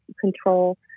control